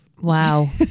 Wow